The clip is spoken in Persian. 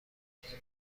بیشتر